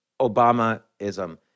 Obamaism